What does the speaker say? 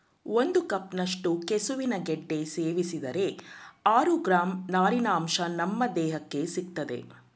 ಒಂದು ಕಪ್ನಷ್ಟು ಕೆಸುವಿನ ಗೆಡ್ಡೆ ಸೇವಿಸಿದರೆ ಆರು ಗ್ರಾಂ ನಾರಿನಂಶ ನಮ್ ದೇಹಕ್ಕೆ ಸಿಗ್ತದೆ